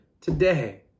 today